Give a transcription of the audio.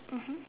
mmhmm